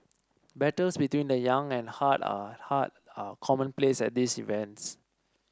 battles between the young and heart are commonplace at these events